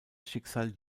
schicksal